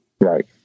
Right